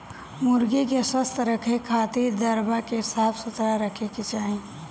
मुर्गी के स्वस्थ रखे खातिर दरबा के साफ सुथरा रखे के चाही